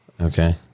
Okay